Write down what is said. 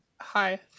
Hi